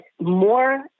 more